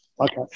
Okay